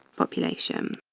population.